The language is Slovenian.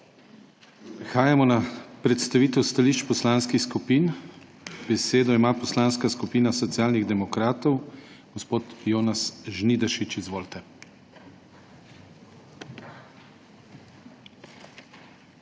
Prehajamo na predstavitev stališč poslanskih skupin. Besedo ima Poslanska skupina Socialnih demokratov. Gospod Jonas Žnidaršič, izvolite.